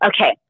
Okay